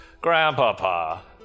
Grandpapa